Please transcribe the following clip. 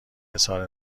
اظهار